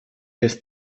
jest